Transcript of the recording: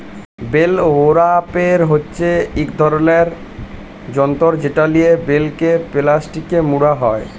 bell wrapper হছে ইক রকমের যল্তর যেট লিয়ে বেলকে পেলাস্টিকে মুড়া হ্যয়